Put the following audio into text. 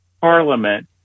parliament